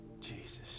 Jesus